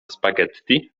spaghetti